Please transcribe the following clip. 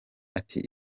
ati